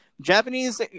Japanese